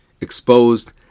exposed